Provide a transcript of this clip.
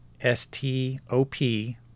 S-T-O-P